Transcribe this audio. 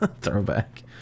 throwback